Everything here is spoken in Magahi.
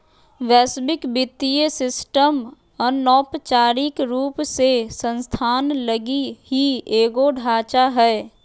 वैश्विक वित्तीय सिस्टम अनौपचारिक रूप से संस्थान लगी ही एगो ढांचा हय